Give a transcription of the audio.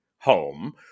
home